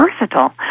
versatile